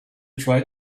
try